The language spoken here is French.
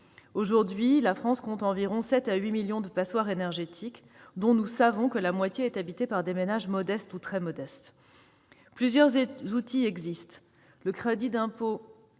Aujourd'hui, la France compte environ 7 à 8 millions de passoires énergétiques dont nous savons que la moitié est habitée par des ménages modestes ou très modestes. Plusieurs outils existent : le crédit d'impôt